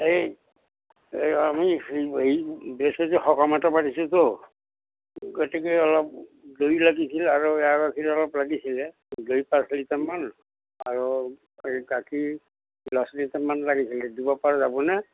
এই এই আমি এই বৃহস্পতিবাৰে সকাম এটা পাতিছোঁতো গতিকে অলপ দৈ লাগিছিল আৰু এঁৱা গাখীৰ অলপ লাগিছিলে দৈ পাঁচ লিটাৰমান আৰু এই গাখীৰ দহ লিটাৰমান লাগিছিলে দিবপাৰা যাবনে